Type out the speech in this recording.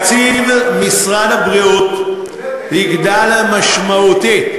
תקציב משרד הבריאות יגדל משמעותית,